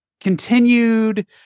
continued